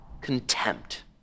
contempt